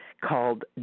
called